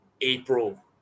April